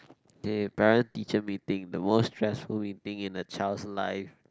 okay parent teacher meeting the most stressful meeting in a child's life